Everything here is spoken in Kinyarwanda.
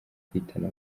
kwitana